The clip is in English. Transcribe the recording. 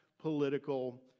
political